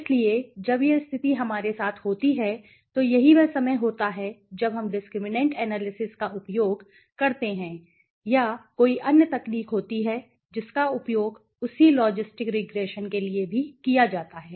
इसलिए जब यह स्थिति हमारे साथ होती है तो यही वह समय होता है जब हम डिस्क्रिमिनैंट एनालिसिस का उपयोग करते हैं या कोई अन्य तकनीक होती है जिसका उपयोग उसी लॉजिस्टिक रिग्रेशन के लिए भी किया जाता है